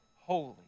holy